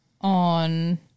on